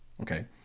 okay